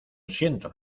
siento